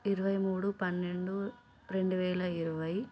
ఇరవై మూడు పన్నెండు రెండువేల ఇరవై